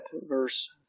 verse